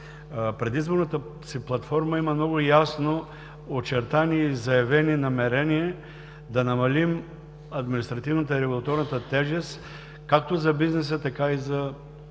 предизборната си платформа има много ясно очертани и заявени намерения да намали административната и регулаторната тежест както за бизнеса, така и за лицата,